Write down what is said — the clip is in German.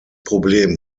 problem